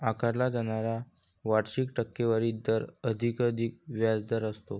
आकारला जाणारा वार्षिक टक्केवारी दर कधीकधी व्याजदर असतो